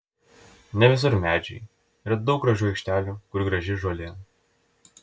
ne visur medžiai yra daug gražių aikštelių kur graži žolė